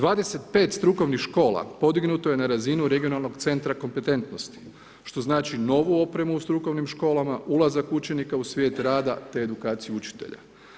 25 strukovnih škola podignuto je na razinu regionalnog centra kompetentnosti, što znači novu opremu u strukovnim školama, ulazak učenika u svijet rada te edukaciju učitelja.